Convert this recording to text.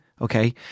Okay